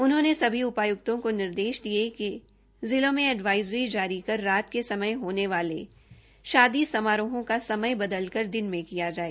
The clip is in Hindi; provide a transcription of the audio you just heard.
उन्होंने सभी उपायुक्तों को निर्देश दिए कि जिलों में एडवाइजरी जारी कर रात के समय होने वाले शादी समारोहों का समय बदलकर दिन में किया जाए